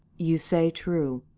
you say true.